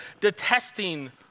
detesting